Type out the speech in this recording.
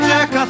Jack